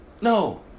no